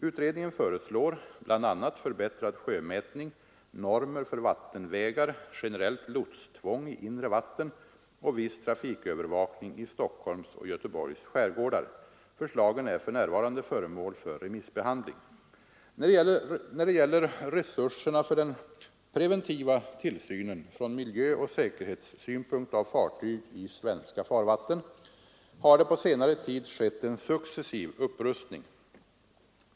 Utredningen föreslår bl.a. förbättrad sjömätning, normer för vattenvägar, generellt lotstvång i inre vatten och viss trafikövervakning i Stockholms och Göteborgs skärgårdar. Förslagen är för närvarande föremål för remissbehandling. När det gäller resurserna för den preventiva tillsynen från miljöoch säkerhetssynpunkt av fartyg i svenska farvatten har det på senare tid skett en successiv upprustning.